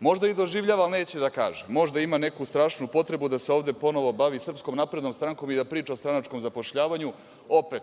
Možda i doživljava, ali neće da kaže. Možda ima neku strašnu potrebu da se ovde ponovo bavi SNS i da priča o stranačkom zapošljavanju, opet